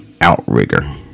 Outrigger